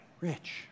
rich